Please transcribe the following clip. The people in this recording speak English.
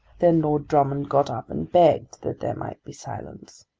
then lord drummond got up and begged that there might be silence.